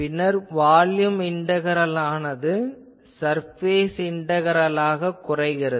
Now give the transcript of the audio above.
பின்னர் இந்த வால்யூம் இன்டகரலானது சர்பேஸ் இன்டகரலாகக் குறைகிறது